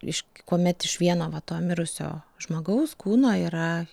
iš kuomet iš vieno va to mirusio žmogaus kūno yra